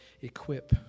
Equip